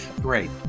great